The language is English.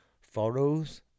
photos